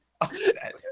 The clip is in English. Upset